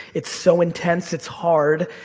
it's so intense it's hard,